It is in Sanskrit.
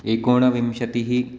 एकोनविंशतिः